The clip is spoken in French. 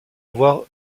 avoir